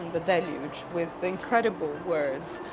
the deluge, with incredible words.